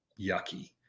yucky